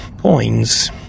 coins